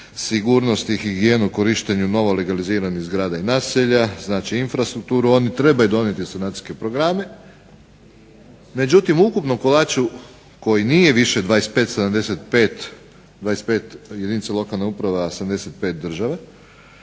sigurnost i higijenu korištenju novo legaliziranih zgrada i naselja, znači infrastrukturu. Znači oni trebaju donijeti financijske programe. Međutim u ukupnom kolaču koji nije više 25-75, 25 jedinica lokalne uprave, a 75 države